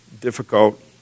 difficult